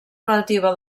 relativa